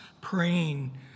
praying